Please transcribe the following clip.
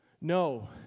No